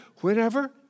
whenever